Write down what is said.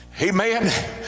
Amen